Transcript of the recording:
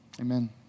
Amen